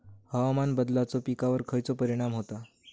हवामान बदलाचो पिकावर खयचो परिणाम होता?